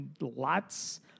lots